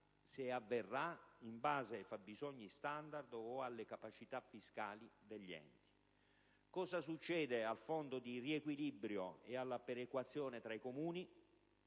avverrà in base ai fabbisogni *standard* o alla capacità fiscale degli enti. Cosa succede al fondo di riequilibrio e alla perequazione tra i Comuni?